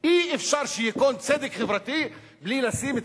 אי-אפשר שייכון צדק חברתי בלי לשים את